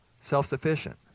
self-sufficient